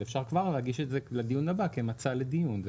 אפשר להגיש את זה לדיון הבא כמצע לדיון.